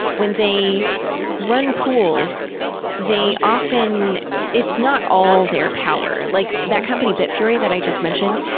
when they run pools they often it's not all their power. like that company bitfury that i just mentioned,